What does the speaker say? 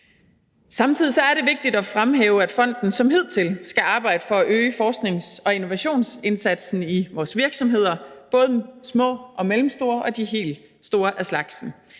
Samtidig er det vigtigt at fremhæve, at fonden som hidtil skal arbejde for at øge forsknings- og innovationsindsatsen i vores virksomheder, både små og mellemstore og de helt store af slagsen.